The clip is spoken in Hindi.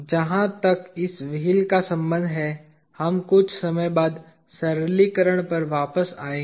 जहां तक इस व्हील का संबंध है हम कुछ समय बाद सरलीकरण पर वापस आएंगे